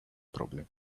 problem